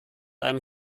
einem